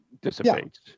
dissipates